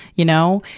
you know?